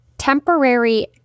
Temporary